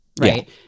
right